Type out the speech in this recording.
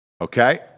okay